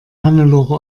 hannelore